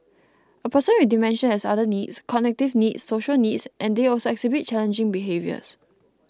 a person with dementia has other needs cognitive needs social needs and they also exhibit challenging behaviours